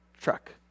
truck